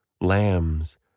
lambs